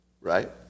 right